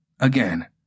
Again